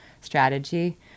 strategy